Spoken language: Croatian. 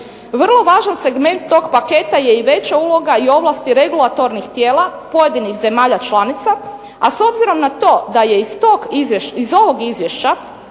Vrlo važan segment tog paketa je i veća uloga i ovlasti regulatornih tijela pojedinih zemalja članica, a s obzirom na to da je iz ovog izvješća